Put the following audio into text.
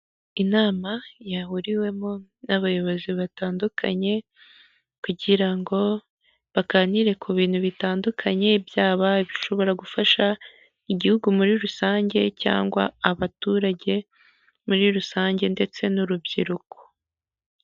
Inama yahuriwemo n'abayobozi batandukanye, kugira ngo baganire ku bintu bitandukanye by'abashobora gufasha igihugu muri rusange, cyangwa abaturage muri rusange, ndetse n'urubyiruko.